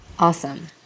Awesome